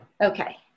okay